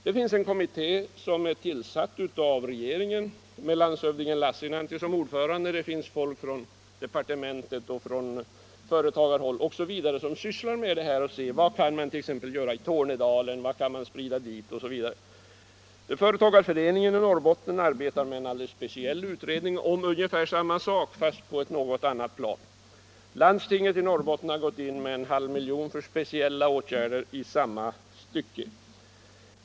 Det finns en kommitté som är tillsatt av regeringen med landshövding Lassinantti som ordförande och med representanter från departementen, från företagarhåll osv. som utreder vad som kan göras t.ex. i Tornedalen. Företagarföreningen i Norrbotten arbetar med en speciell utredning om ungefär samma fråga fast på ett annat plan. Landstinget i Norrbotten har gått in med en halv miljon för speciella åtgärder i samma syfte.